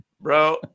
bro